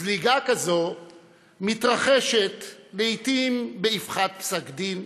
זליגה כזו מתרחשת לעיתים באבחת פסק דין,